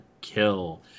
kill